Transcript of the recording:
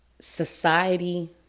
society